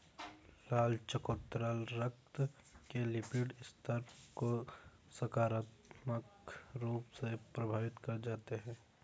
लाल चकोतरा रक्त के लिपिड स्तर को सकारात्मक रूप से प्रभावित कर जाते हैं